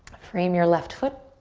frame your left foot.